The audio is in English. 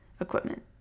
equipment